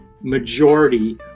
majority